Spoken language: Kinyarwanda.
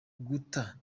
guta